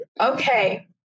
Okay